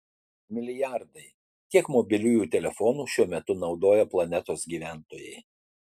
milijardai tiek mobiliųjų telefonų šiuo metu naudoja planetos gyventojai